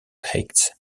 heights